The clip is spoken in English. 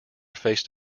faced